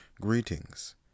Greetings